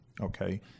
okay